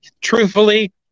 truthfully